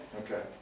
Okay